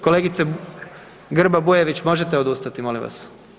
Kolegice Grba Bujević, možete odustati molim vas.